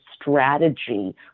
strategy